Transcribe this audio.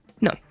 No